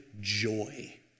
joy